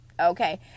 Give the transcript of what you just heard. Okay